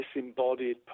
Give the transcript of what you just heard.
disembodied